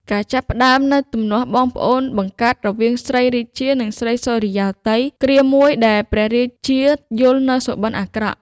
ការចាប់ផ្ដើមនូវទំនាស់បងប្អូនបង្កើតរវាង ស្រីរាជា និង ស្រីសុរិយោទ័យ គ្រាមួយដែលព្រះស្រីរាជា យល់នូវសុបិនអាក្រក់។